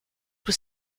were